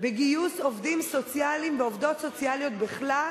בגיוס עובדים סוציאליים ועובדות סוציאליות בכלל